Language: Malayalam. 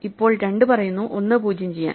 ഇപ്പോൾ 2 പറയുന്നു 1 0 ചെയ്യാൻ